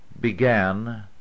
began